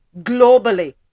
globally